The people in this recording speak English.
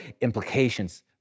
implications